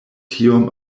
tiom